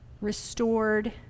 restored